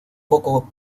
poco